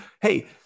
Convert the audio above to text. Hey